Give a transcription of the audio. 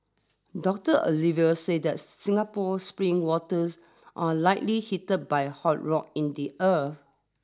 doctor Oliver said that Singapore spring waters are likely heated by hot rock in the earth